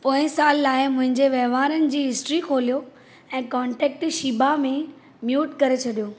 पोएं साल लाइ मुंहिंजे वहिंवारनि जी हिस्ट्री खोलियो ऐं कोन्टेक्ट शीबा में म्यूट करे छॾियो